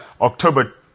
October